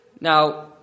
Now